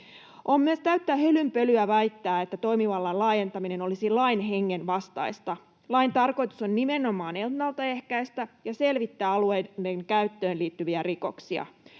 On myös täyttä hölynpölyä väittää, että toimivallan laajentaminen olisi lain hengen vastaista. Lain tarkoitus on nimenomaan ennalta ehkäistä ja selvittää alueiden käyttöön liittyviä rikoksia,